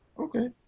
Okay